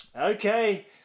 Okay